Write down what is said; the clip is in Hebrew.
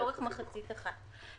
לאורך מחצית אחת.